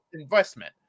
investment